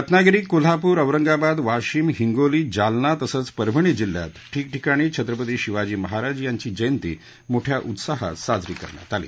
रत्नागिरी कोल्हापूर औरंगाबाद वाशिम हिंगोली जालना तसंच परभणी जिल्ह्यात ठीक ठिकाणी छत्रपती शिवाजी महाराज यांची जयंती मोठया उत्साहात साजरी करण्यात आली